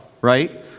right